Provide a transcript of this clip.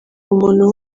umuntu